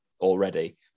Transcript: already